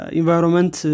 environment